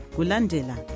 Gulandela